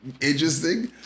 interesting